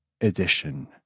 Edition